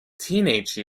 teenage